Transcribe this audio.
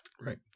Right